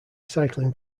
cycling